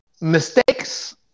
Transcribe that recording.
mistakes